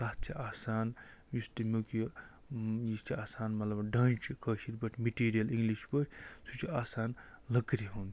تَتھ چھِ آسان یُس تَمیُک یہِ یہِ چھِ آسان مطلب ڈانٛچہٕ کٲشٕر پٲٹھۍ مِٹیٖریَل اِنٛگلِش پٲٹھۍ سُہ چھُ آسان لٔکرِ ہُنٛد